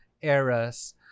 eras